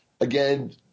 again